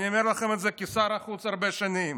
ואני אומר לכם את זה כשר החוץ הרבה שנים.